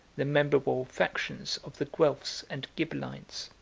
the memorable factions of the guelphs and ghibelines.